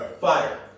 Fire